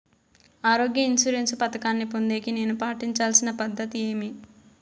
ఆరోగ్య ఇన్సూరెన్సు పథకాన్ని పొందేకి నేను పాటించాల్సిన పద్ధతి ఏమి?